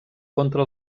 contra